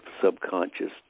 subconscious